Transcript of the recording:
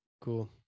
cool